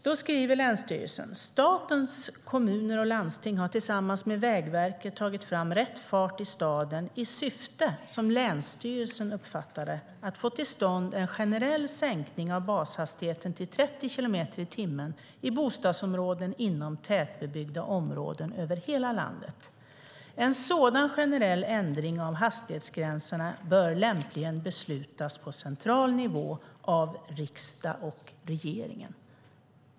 Länsstyrelsen skriver: Statens kommuner och landsting har tillsammans med Vägverket tagit fram Rätt fart i staden i syfte, som länsstyrelsen uppfattar det, att få till stånd en generell sänkning av bashastigheten till 30 kilometer i timmen i bostadsområden inom tätbebyggda områden över hela landet. En sådan generell ändring av hastighetsgränserna bör lämpligen beslutas på central nivå av riksdag och regeringen.